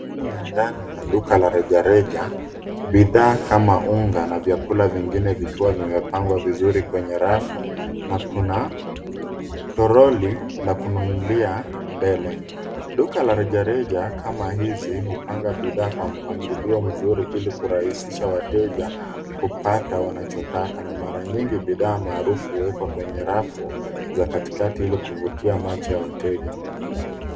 Sehemu ya ndani ya duka la rejareja. Bidhaa kama unga na vyakula vingine vikiwa vimepangwa vizuri kwenye rafu na kuna toroli la kununulia mbele. Duka la rejareja kama hizi hupanga bidhaa kwa mpangilio mzuri ili kurahisisha wateja kupata wanachotaka na mara nyingi bidhaa maarufu huwekwa kwenye rafu za katikati ili kuvutia macho ya wateja.